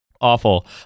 Awful